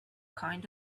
kind